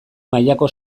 mailako